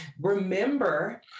remember